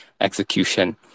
execution